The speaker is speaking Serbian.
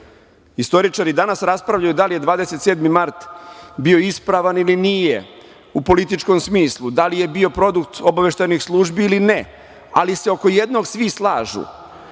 cenu. Istoričari danas raspravljaju da li je 27. marta bio ispravan ili nije, u političkom smislu, da li je bio produkt obaveštajnih službi ili ne, ali se oko jednog svi slažu